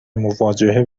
مواجهه